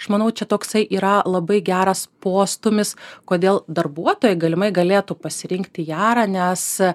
aš manau čia toksai yra labai geras postūmis kodėl darbuotojai galimai galėtų pasirinkti jarą nes